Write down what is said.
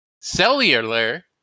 Cellular